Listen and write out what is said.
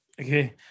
Okay